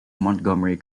montgomery